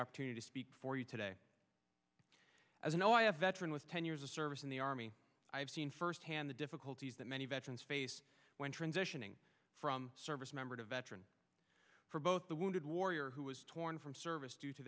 opportunity to speak for you today as i know i have veteran was ten years of service in the army i have seen firsthand the difficulties that many veterans face when transitioning from service member to veteran for both the wounded warrior who was torn from service due to